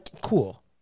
Cool